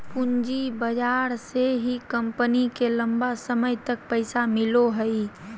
पूँजी बाजार से ही कम्पनी के लम्बा समय तक पैसा मिलो हइ